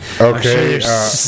Okay